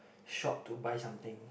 shop to buy something